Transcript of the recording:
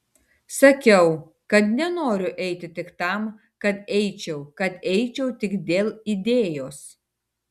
sakiau kad nenoriu eiti tik tam kad eičiau kad eičiau tik dėl idėjos